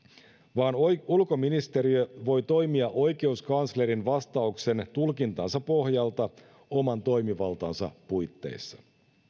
vaan ulkoministeriö voi toimia oikeuskanslerin vastauksen tulkintansa pohjalta oman toimivaltansa puitteissa